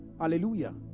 hallelujah